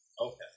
Okay